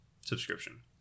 subscription